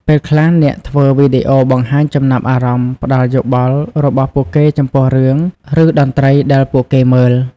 ពេលខ្លះអ្នកធ្វើវីដេអូបង្ហាញចំណាប់អារម្មណ៍ ផ្តល់យោបល់របស់ពួកគេចំពោះរឿង ឬតន្ត្រីដែលពួកគេមើល។